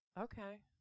Okay